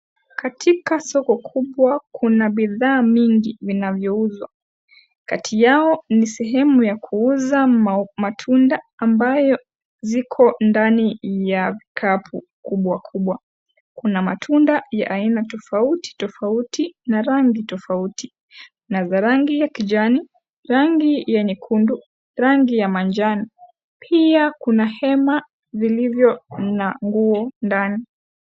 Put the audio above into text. Katika soko kubwa kuna bidhaa mingi vinavyouzwa. Kati yao ni sehemu ya kuuza matunda ambayo ziko ndani ya kikapu kubwa kubwa . Kuna matunda ya aina tofauti tofauti na rangi tofauti kuna za rangi ya kijani, rangi ya nyekundu, rangi ya manjano. Pia kuna hema vilivyo na nguo ndani.